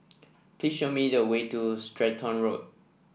please show me the way to Stratton Road